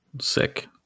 sick